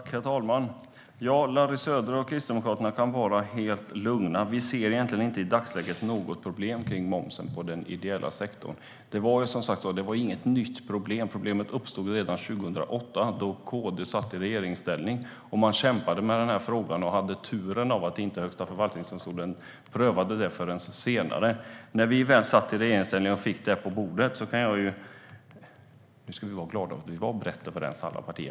Herr talman! Larry Söder och Kristdemokraterna kan vara helt lugna. Vi ser i dagsläget egentligen inte något problem i fråga om momsen i den ideella sektorn. Det var, som sagt, inget nytt problem. Problemet uppstod redan 2008 då KD satt i regeringsställning. Man kämpade med denna fråga, och man hade turen att Högsta förvaltningsdomstolen inte prövade den förrän senare. Vi ska vara glada för att alla partier var överens.